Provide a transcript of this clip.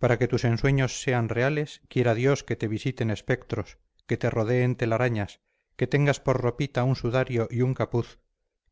para que tus ensueños sean reales quiera dios que te visiten espectros que te rodeen telarañas que tengas por ropita un sudario y un capuz